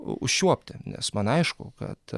užčiuopti nes man aišku kad